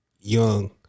young